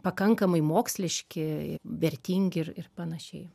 pakankamai moksliški vertingi ir ir panašiai